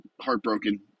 heartbroken